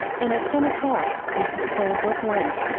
and at ten o'clock mrs. colebrook went.